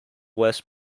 west